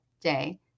day